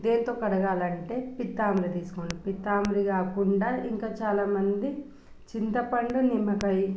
దేంతో కడగాలి అంటే పీతాంబరి తీసుకోండి పీతాంబరి కాకుండా ఇంకా చాలామంది చింతపండు నిమ్మకాయ